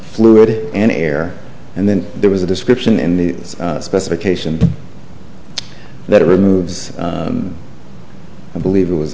fluid and air and then there was a description in the specification that removes the i believe it was